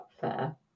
fair